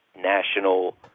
national